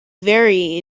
very